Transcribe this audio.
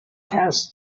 passed